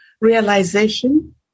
realization